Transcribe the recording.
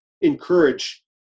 encourage